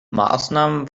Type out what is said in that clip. maßnahmen